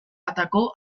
atacó